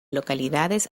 localidades